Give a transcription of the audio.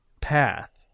path